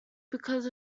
because